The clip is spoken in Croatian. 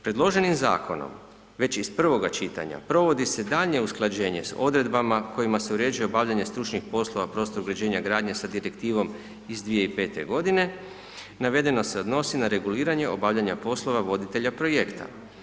Predloženim zakonom već iz prvoga čitanja provodi se daljnje usklađenje sa odredbama kojima se uređuje obavljanje stručnih poslova prostornog uređenja gradnje sa Direktivom iz 2005. godine, navedena se odnosi na reguliranje obavljanja poslova voditelja projekta.